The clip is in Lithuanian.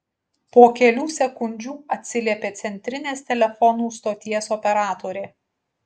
po kelių sekundžių atsiliepė centrinės telefonų stoties operatorė